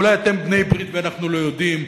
אולי אתם בעלי-ברית ואנחנו לא יודעים?